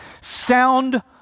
sound